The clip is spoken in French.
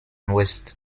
ouest